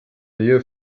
nähe